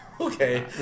Okay